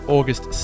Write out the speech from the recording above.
August